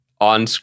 on